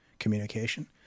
communication